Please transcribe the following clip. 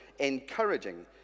encouraging